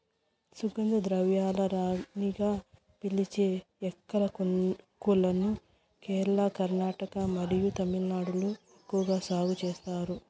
సుగంధ ద్రవ్యాల రాణిగా పిలిచే యాలక్కులను కేరళ, కర్ణాటక మరియు తమిళనాడులో ఎక్కువగా సాగు చేస్తారు